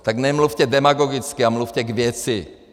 Tak nemluvte demagogicky a mluvte k věci!